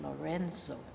Lorenzo